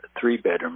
three-bedroom